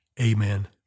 Amen